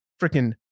freaking